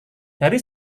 dari